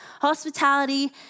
Hospitality